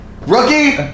Rookie